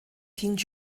king